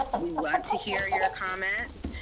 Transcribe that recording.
we want to hear your comments.